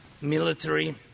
military